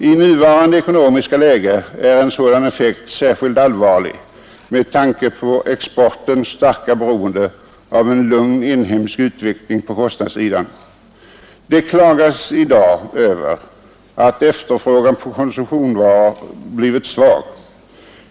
I nuvarande ekonomiska läge är en sådan effekt särskilt allvarlig med tanke på exportens starka beroende av en lugn inhemsk utveckling på kostnadssidan. Det klagas i dag över att efterfrågan på konsumtionsvaror blivit svag.